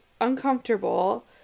uncomfortable